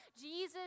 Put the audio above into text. Jesus